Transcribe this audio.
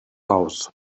raus